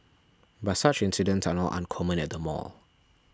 but such incidents are not uncommon at the mall